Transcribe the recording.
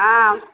ஆ